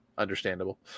Understandable